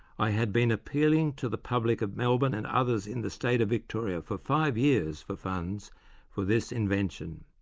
i had been appealing to the public of melbourne and others in the state of victoria for five years for funds for this invention.